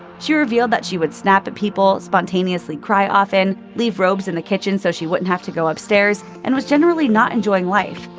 she revealed that she would snap at people, spontaneously cry often, leave robes in the kitchen so she wouldn't have to go upstairs, and was generally not enjoying life.